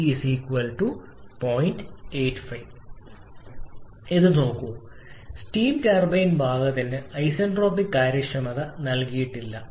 85 ഇത് നോക്കൂ steam turbine ഭാഗത്തിന് ഐസന്റ്രോപിക് കാര്യക്ഷമത നൽകിയിട്ടില്ല